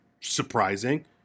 surprising